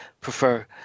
prefer